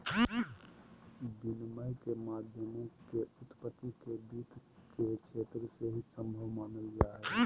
विनिमय के माध्यमों के उत्पत्ति के वित्त के क्षेत्र से ही सम्भव मानल जा हइ